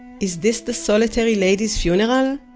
is this the solitary lady's funeral?